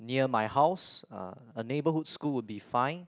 near my house a neighbourhood school would be fine